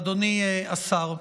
אדוני השר,